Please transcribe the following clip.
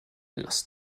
lass